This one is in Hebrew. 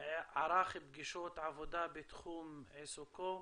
ערך פגישות עבודה בתחום עיסוקו.